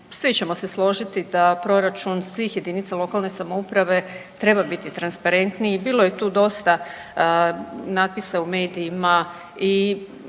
svi ćemo se složiti da proračun svih jedinica lokalne samouprave treba biti transparentniji, bilo je tu dosta natpisa u medijima i